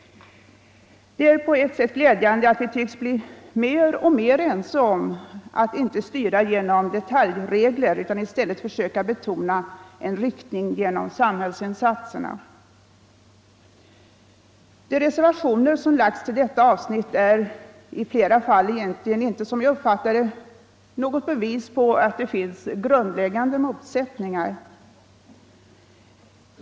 Det är på ett sätt glädjande att vi tycks bli mer och mer ense om att inte styra genom detaljregler utan i stället försöka betona en riktning genom samhällsinsatserna. De reservationer som fogats till detta avsnitt är i flera fall egentligen inte, som jag uppfattar det, något bevis på att det finns grundläggande motsättningar.